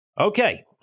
Okay